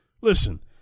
listen